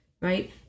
right